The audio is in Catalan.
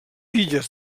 illes